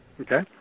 Okay